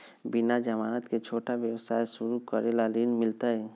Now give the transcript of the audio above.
बिना जमानत के, छोटा व्यवसाय शुरू करे ला ऋण मिलतई?